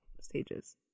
stages